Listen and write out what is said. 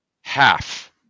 Half